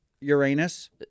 Uranus